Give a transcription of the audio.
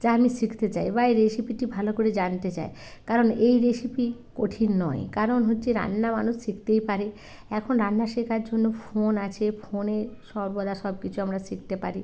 যা আমি শিখতে চাই বা এই রেসিপিটি ভালো করে জানতে চাই কারণ এই রেসিপি কঠিন নয় কারণ হচ্ছে রান্না মানুষ শিখতেই পারে এখন রান্না শেখার জন্য ফোন আছে ফোনে সর্বদা সব কিছু আমরা শিখতে পারি